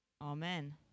amen